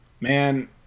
Man